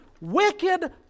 wicked